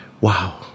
Wow